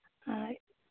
अच्छा